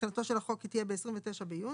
תחילתו של החוק תהיה ב-29 ביוני.